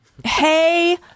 Hey